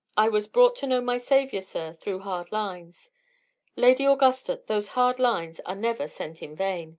i was brought to know my saviour, sir, through hard lines lady augusta, those hard lines are never sent in vain.